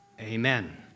amen